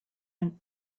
and